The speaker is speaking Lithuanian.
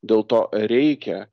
dėl to reikia